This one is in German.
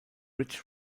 ridge